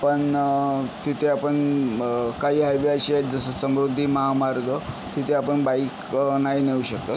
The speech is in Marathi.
पण तिथे आपण म काही हायवे असे आहेत जसं समृद्धी महामार्ग तिथे आपण बाईक नाही नेऊ शकत